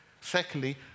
Secondly